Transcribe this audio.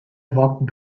walked